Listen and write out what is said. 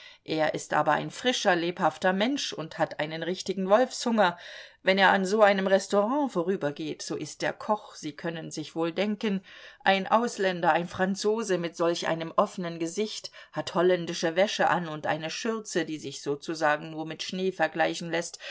er ist aber ein frischer lebhafter mensch und hat einen richtigen wolfshunger wenn er an so einem restaurant vorübergeht so ist der koch sie können sich wohl denken ein ausländer ein franzose mit solch einem offenen gesicht hat holländische wäsche an und eine schürze die sich sozusagen nur mit schnee vergleichen läßt